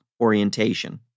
orientation